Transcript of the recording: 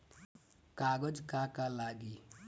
कागज का का लागी?